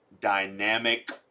dynamic